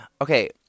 Okay